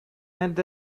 and